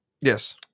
yes